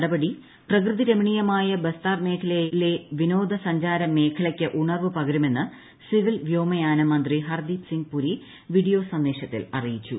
നടപടി പ്രകൃതിരമണീയമായ ബസ്താർ മേഖലയിലെ വിനോദസഞ്ചാര മേഖലയ്ക്ക് ഉണർവ് പകരുമെന്ന് സിവിൽ വ്യോമയാന മന്ത്രി ഹർദ്ദീപ് സിങ് പുരി വീഡിയോ സന്ദേശത്തിൽ അറിയിച്ചു